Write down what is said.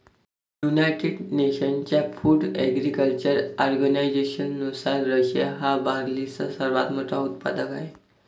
United नेशन्सच्या food agriculture ऑर्गनायझेशननुसार, Russia हा बार्लीचा सर्वात मोठा उत्पादक आहे